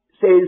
says